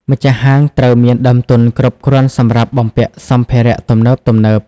ម្ចាស់ហាងត្រូវមានដើមទុនគ្រប់គ្រាន់សម្រាប់បំពាក់សម្ភារៈទំនើបៗ។